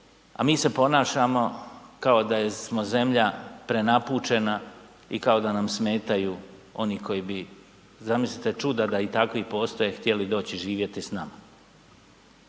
A mi se ponašamo kao da smo zemlja prenapučena i kao da nam smetaju, oni koji bi, zamislite čuda da i takvi postoje, htjeli doći živjeti s nama.